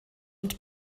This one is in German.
und